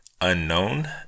unknown